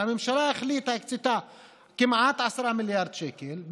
הממשלה הקצתה כמעט 10 מיליארד שקל,